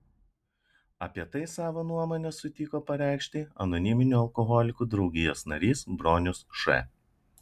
apie tai savo nuomonę sutiko pareikšti anoniminių alkoholikų draugijos narys bronius š